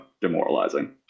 demoralizing